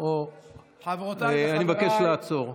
לא נתת לי לדבר.